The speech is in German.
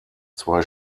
zwei